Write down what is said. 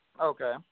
Okay